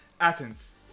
Athens